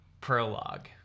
Prologue